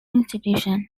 institution